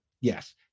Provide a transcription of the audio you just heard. yes